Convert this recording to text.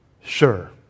Sure